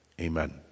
amen